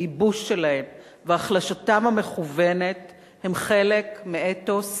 הייבוש שלהם והחלשתם המכוונת הם חלק מאתוס